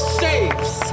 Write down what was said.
saves